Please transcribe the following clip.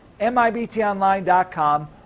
mibtonline.com